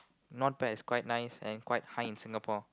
not bad is quite nice and quite high in Singapore